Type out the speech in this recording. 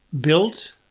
built